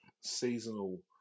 seasonal